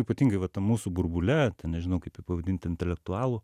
ypatingai va tam mūsų burbule nežinau kaip jį pavadint intelektualų